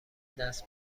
دست